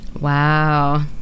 Wow